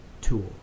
tool